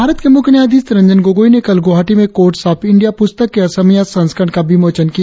भारत के मुख्य न्यायधीश रंजन गोगोई ने कल गुवाहाटी में कोटर्स ऑफ इंडिया पुस्तक के असमिया संस्करण का विमोचन किया